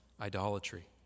idolatry